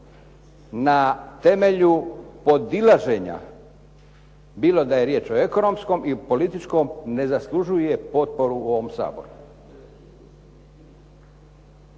na temelju podilaženja, bilo da je riječ o ekonomskoj ili političkoj, ne zaslužuje potporu u ovom Saboru.